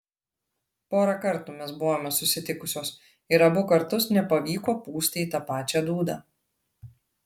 porą kartų mes buvome susitikusios ir abu kartus nepavyko pūsti į tą pačią dūdą